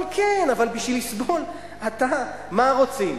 אבל כן, בשביל לסבול אתה, מה רוצים?